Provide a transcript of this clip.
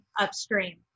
upstream